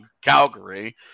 Calgary